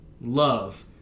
love